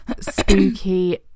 spooky